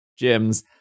gyms